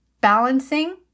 balancing